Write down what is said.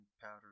powder